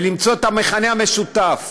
ולמצוא את המכנה המשותף,